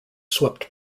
swept